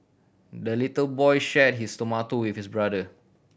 the little boy shared his tomato with his brother